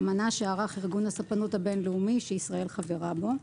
אמנה שערך ארגון הספנות הבין-לאומי שישראל חברה בו.